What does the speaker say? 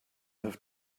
have